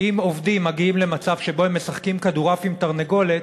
אם עובדים מגיעים למצב שבו הם משחקים כדורעף עם תרנגולת,